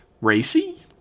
racy